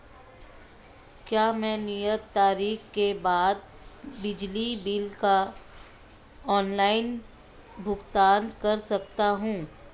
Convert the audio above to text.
क्या मैं नियत तारीख के बाद बिजली बिल का ऑनलाइन भुगतान कर सकता हूं?